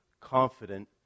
confident